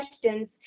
questions